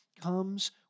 comes